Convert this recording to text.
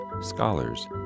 scholars